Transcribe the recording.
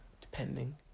depending